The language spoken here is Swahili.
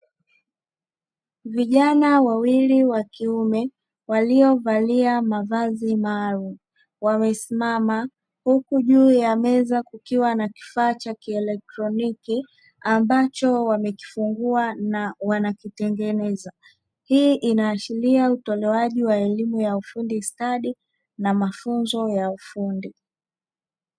Vijana wawili wa kiume; waliovalia mavazi maalumu wamesimama huku juu ya meza kukiwa na kifaa cha kieletroniki; ambacho wamekifungua na wanakitengeneza. Hii inaashiria utolewaji wa elimu ya ufundi stadi na mafunzo ya ufundi.